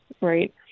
right